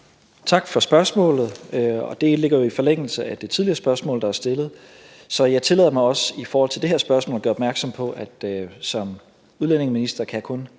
Tak for spørgsmålet. Det ligger jo i forlængelse af det tidligere spørgsmål, der er stillet, så jeg tillader mig også i forhold til det her spørgsmål at gøre opmærksom på, at jeg som udlændingeminister kun kan